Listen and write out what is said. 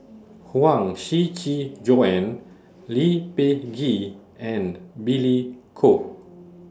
Huang Shiqi Joan Lee Peh Gee and Billy Koh